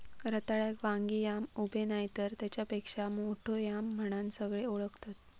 रताळ्याक वांगी याम, उबे नायतर तेच्यापेक्षा मोठो याम म्हणान सगळे ओळखतत